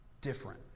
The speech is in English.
different